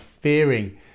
fearing